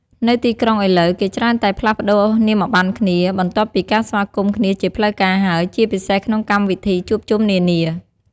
នៅទីក្រុងឥឡូវ គេច្រើនតែផ្លាស់ប្តូរនាមប័ណ្ណគ្នា បន្ទាប់ពីការស្វាគមន៍គ្នាជាផ្លូវការហើយ ជាពិសេសក្នុងកម្មវិធីជួបជុំនានា។